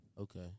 Okay